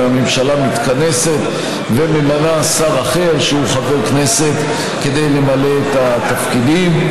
הממשלה מתכנסת וממנה שר אחר שהוא חבר כנסת כדי למלא את התפקידים.